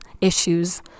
issues